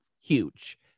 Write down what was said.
huge